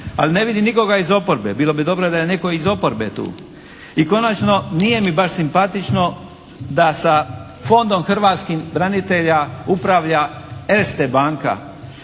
ali ne vidim nikoga iz oporbe. Bilo bi dobro da je netko iz oporbe tu. I konačno nije mi baš simpatično da sa Fondom hrvatskih branitelja upravlja Erste banka